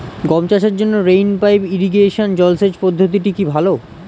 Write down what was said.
গম চাষের জন্য রেইন পাইপ ইরিগেশন জলসেচ পদ্ধতিটি কি ভালো?